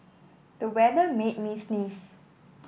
the weather made me sneeze